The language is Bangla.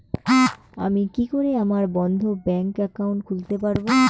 আমি কি করে আমার বন্ধ ব্যাংক একাউন্ট খুলতে পারবো?